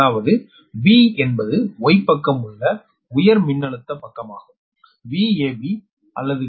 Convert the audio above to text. அதாவது V என்பது Y பக்கம் உள்ள உயர் மின்னழுத்த பக்கமாகும் VAB அல்லது VBC அல்லது VCA